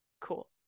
cool